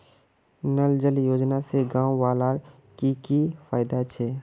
नल जल योजना से गाँव वालार की की फायदा छे?